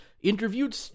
interviewed